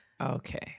Okay